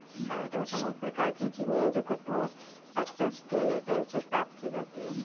chitosan एक प्रकार की चीनी है जो कठोर एक्सोस्केलेटन से प्राप्त की जाती है